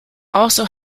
also